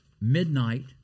Midnight